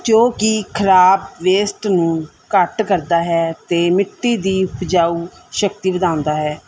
ਜੋ ਕਿ ਖਰਾਬ ਵੇਸਟ ਨੂੰ ਘੱਟ ਕਰਦਾ ਹੈ ਅਤੇ ਮਿੱਟੀ ਦੀ ਉਪਜਾਊ ਸ਼ਕਤੀ ਵਧਾਉਂਦਾ ਹੈ